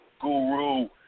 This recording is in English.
Guru